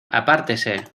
apártese